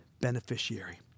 beneficiary